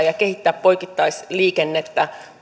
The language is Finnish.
ja poikittaisliikennettä